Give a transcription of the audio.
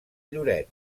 lloret